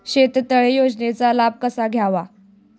शेततळे योजनेचा लाभ कसा घ्यावा?